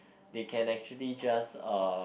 they can actually just uh